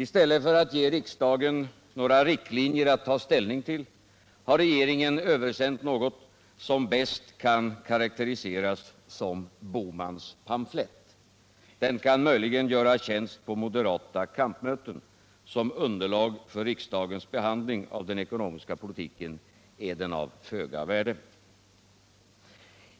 I stället för att ge riksdagen några riktlinjer att ta ställning till har regeringen översänt något som bäst kan karakteriseras som Bohmans pamflett. Den kan möjligen göra tjänst på moderata kampmöten. Som underlag för riksdagens behandling av den ekonomiska politiken är den av föga värde.